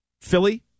Philly